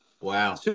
Wow